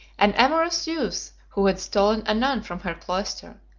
an amorous youth, who had stolen a nun from her cloister,